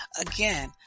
Again